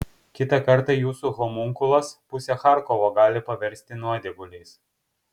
kitą kartą jūsų homunkulas pusę charkovo gali paversti nuodėguliais